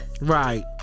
Right